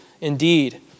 indeed